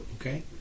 Okay